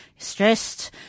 stressed